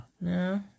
No